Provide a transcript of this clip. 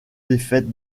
défaites